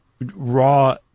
raw